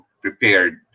prepared